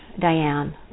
Diane